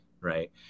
Right